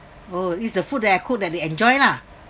oh it's the food that I cooked that they enjoy lah